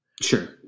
Sure